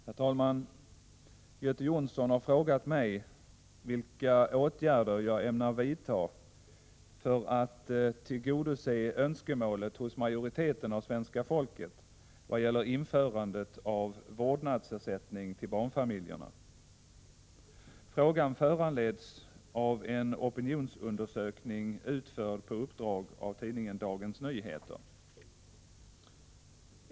Herr talman! Göte Jonsson har frågat mig vilka åtgärder jag ämnar vidta för att tillgodose önskemålet hos majoriteten av svenska folket vad gäller införandet av vårdnadsersättning till barnfamiljerna. Frågan föranleds av en opinionsundersökning utförd på uppdrag av tidningen Dagens Nyheter.